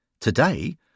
Today